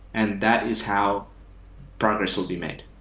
and that is how progress will be made.